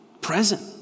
present